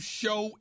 show